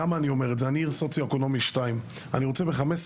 אני בעיר במעמד סוציו-אקונומי 2. אני רוצה ב-15